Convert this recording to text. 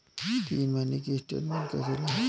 तीन महीने का स्टेटमेंट कैसे लें?